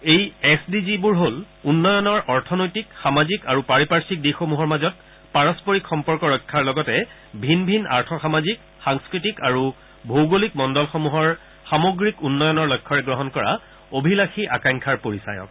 এই S D জিবোৰ হ'ল উন্নয়নৰ অৰ্থনৈতিক সামাজিক আৰু পাৰিপাৰ্থিক দিশসমূহৰ মাজত পাৰস্পৰিক সম্পৰ্ক ৰক্ষাৰ লগতে ভিন ভিন আৰ্থ সামাজিক সাংস্কৃতিক আৰু ভৌগোলিক মণ্ডলসমূহৰ সামগ্ৰিক উন্নয়নৰ লক্ষ্যৰে গ্ৰহণ কৰা অভিলাযী আকাংক্ষ্যাৰ পৰিচায়ক